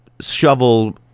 shovel